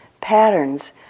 patterns